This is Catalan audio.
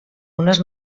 unes